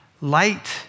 Light